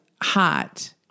hot